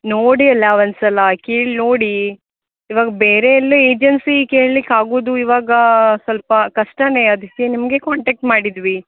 ನೋಡಿ ಅಲ್ಲ ಒಂದ್ಸಲ ಕೇಳಿ ನೋಡಿ ಇವಾಗ ಬೇರೆ ಎಲ್ಲು ಎಜೇನ್ಸಿಗೆ ಕೇಳ್ಲಿಕ್ಕೆ ಆಗುದು ಇವಾಗ ಸ್ವಲ್ಪ ಕಷ್ಟನೇ ಅದಕ್ಕೆ ನಿಮಗೆ ಕಾಂಟ್ಯಾಕ್ಟ್ ಮಾಡಿದ್ವಿ